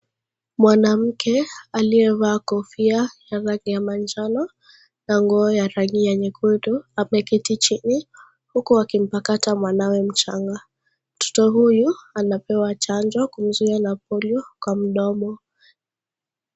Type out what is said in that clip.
Mwanamke aliyevaa Kofia ya rangi ya manjano na nguo ya rangi ya nyekundu , ameketi chini huku akimpakata mwanawe mchanga . Mtoto huyu anapewa chanjo kuzuia polio Kwa mdomo.